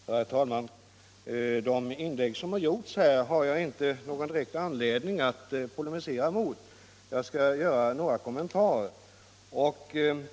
Herr talman! De inlägg som gjorts här har jag inte någon direkt anledning att polemisera mot. Men jag skall göra några kommentarer.